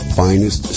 finest